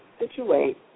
situate